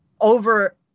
over